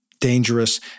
dangerous